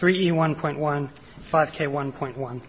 three one point one five k one point one